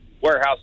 warehouse